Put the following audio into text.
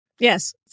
Yes